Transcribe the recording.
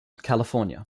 california